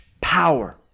power